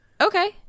okay